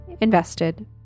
invested